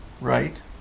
right